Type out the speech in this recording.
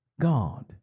God